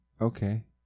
Okay